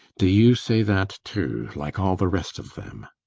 do you say that, too like all the rest of them?